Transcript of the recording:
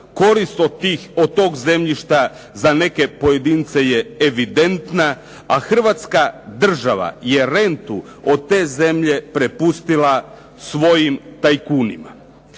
korist od tog zemljišta za neke pojedince je evidentna a Hrvatska država je rentu od te zemlje prepustila svojim tajkunima.